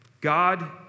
God